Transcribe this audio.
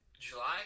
July